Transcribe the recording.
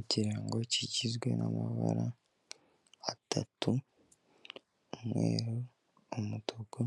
Ikirango kigizwe n'amabara atatu, umweru, umutuku